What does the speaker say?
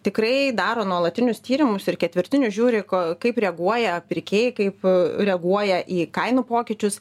tikrai daro nuolatinius tyrimus ir ketvirtinius žiūri ko kaip reaguoja pirkėjai kaip reaguoja į kainų pokyčius